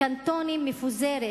קנטונים מפוזרת